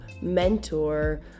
mentor